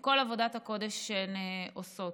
עם כל עבודת הקודש שהן עושות.